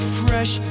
fresh